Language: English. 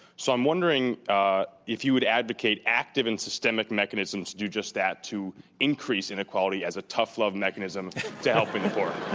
so, i'm wondering if you would advocate active and systemic mechanisms to do just that, to increase inequality as a tough love mechanism to help